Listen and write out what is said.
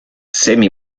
semi